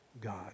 God